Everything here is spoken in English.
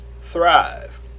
thrive